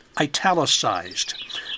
italicized